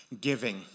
giving